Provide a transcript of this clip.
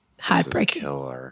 heartbreaking